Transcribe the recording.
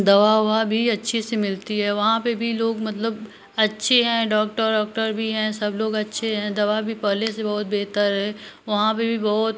दवा ववा भी अच्छे से मिलती है वहाँ पर भी लोग मतलब अच्छे हैं डॉक्टर वॉक्टर भी हैं सब लोग अच्छे हैं दवा भी पहले से बहुत बेहतर है वहाँ पर भी बहुत